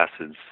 acids